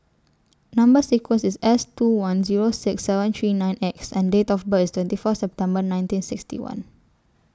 Number sequence IS S two one Zero six seven three nine X and Date of birth IS twenty four September nineteen sixty one